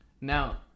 now